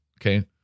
okay